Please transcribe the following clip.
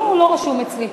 לא, הוא לא רשום אצלי.